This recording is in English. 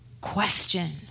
question